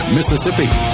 Mississippi